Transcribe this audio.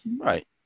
right